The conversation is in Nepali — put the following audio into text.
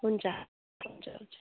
हुन्छ हुन्छ हुन्छ